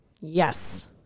Yes